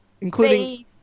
Including